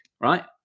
right